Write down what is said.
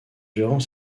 durant